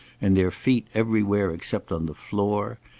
and their feet everywhere except on the floor.